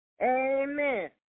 Amen